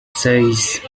seis